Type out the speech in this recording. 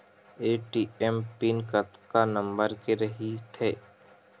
ATM pin कतका number के रही थे?